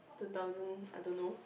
two thousand I don't know